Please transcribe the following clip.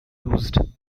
used